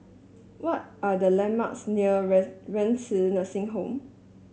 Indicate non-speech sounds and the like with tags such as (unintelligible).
what are the landmarks near (unintelligible) Renci Nursing Home